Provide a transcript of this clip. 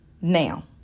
now